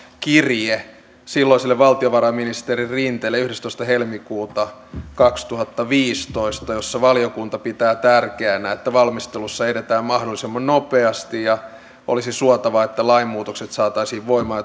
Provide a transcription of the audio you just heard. kirje silloiselle valtiovarainministeri rinteelle yhdestoista helmikuuta kaksituhattaviisitoista jossa valiokunta pitää tärkeänä että valmistelussa edetään mahdollisimman nopeasti ja olisi suotavaa että lainmuutokset saataisiin voimaan